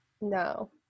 No